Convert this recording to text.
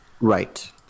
Right